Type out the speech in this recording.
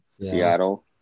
Seattle